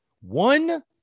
One-